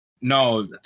No